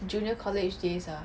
junior college days ah